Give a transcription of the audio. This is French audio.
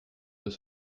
deux